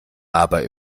aber